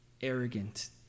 arrogant